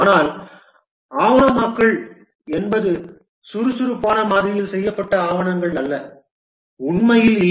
ஆனால் ஆவணமாக்கல் என்பது சுறுசுறுப்பான மாதிரியில் செய்யப்பட்ட ஆவணங்கள் அல்ல உண்மையில் இல்லை